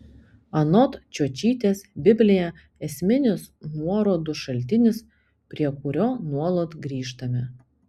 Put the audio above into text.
anot čiočytės biblija esminis nuorodų šaltinis prie kurio nuolat grįžtama